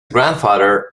grandfather